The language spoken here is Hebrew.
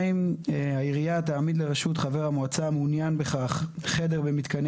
העירייה תעמיד לרשות חבר המועצה המעוניין בכך חדר במתקני